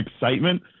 excitement